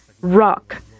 Rock